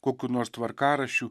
kokių nors tvarkaraščių